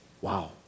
Wow